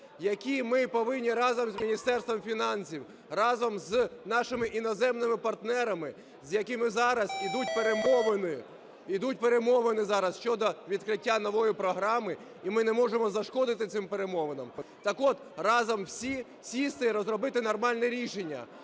які ми повинні разом з Міністерством фінансів, разом з нашими іноземними партнерами, з якими зараз йдуть перемовин, йдуть перемовини зараз щодо відкриття нової програми, і ми не можемо зашкодити цим перемовинам. Так от, разом усім сісти і розробити нормальне рішення,